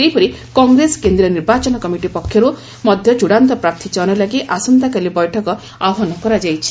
ସେହିପରି କଂଗ୍ରେସ କେନ୍ଦ୍ରୀୟ ନିର୍ବାଚନ କମିଟି ପକ୍ଷରୁ ମଧ୍ୟ ଚୂଡ଼ାନ୍ତ ପ୍ରାର୍ଥୀ ଚୟନ ଲାଗି ଆସନ୍ତାକାଲି ବୈଠକ ଆହ୍ୱାନ କରାଯାଇଛି